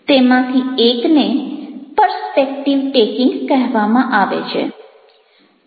તેમાંથી એકને perspective taking કહેવામાં આવે છે